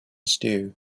stew